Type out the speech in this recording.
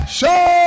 Show